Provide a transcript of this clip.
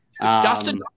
Dustin